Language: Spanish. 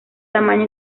tamaño